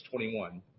21